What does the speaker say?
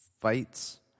fights